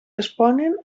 responen